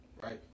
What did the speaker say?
right